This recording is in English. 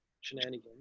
shenanigans